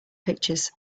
pictures